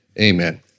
amen